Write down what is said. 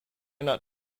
not